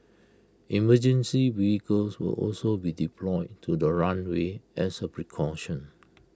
emergency vehicles will also be deployed to the runway as A precaution